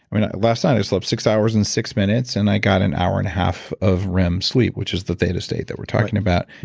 i mean last night i slept six hours and six minutes and i got an hour and a half of rem sleep, which is the theta state that we're talking about.